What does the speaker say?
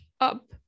up